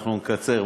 אנחנו נקצר,